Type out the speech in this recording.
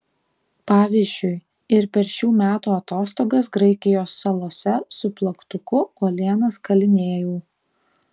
pavyzdžiui ir per šių metų atostogas graikijos salose su plaktuku uolienas kalinėjau